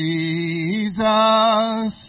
Jesus